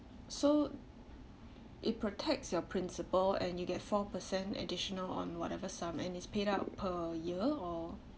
so it protects your principal and you get four percent additional on whatever sum and is paid out per year or